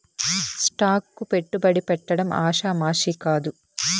stock కు పెట్టుబడి పెట్టడం ఆషామాషీ కాదు